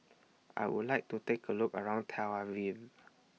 I Would like to Take A Look around Tel Aviv